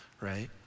right